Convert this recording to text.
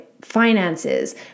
finances